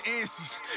answers